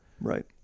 right